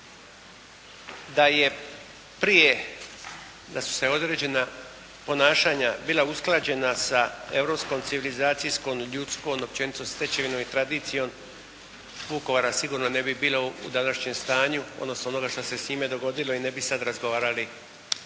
da je prije, da su se određena ponašanja bila usklađena sa europskom civilizacijskom ljudskom općenito stečevinom i tradicijom. Vukovara sigurno ne bi bilo u današnjem stanju, odnosno onoga što se s njime dogodilo i ne bi sad razgovarali